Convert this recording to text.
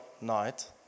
night